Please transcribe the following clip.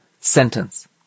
sentence